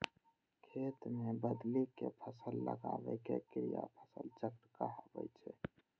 खेत मे बदलि कें फसल लगाबै के क्रिया फसल चक्र कहाबै छै